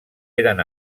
eren